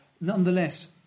nonetheless